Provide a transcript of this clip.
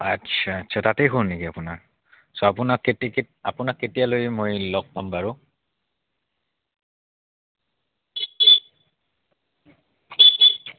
আচ্ছা আচ্ছা তাতেই ঘৰ নেকি আপোনাৰ ছ' আপোনাক কেতি কেত আপোনাক কেতিয়ালৈ মই লগ পাম বাৰু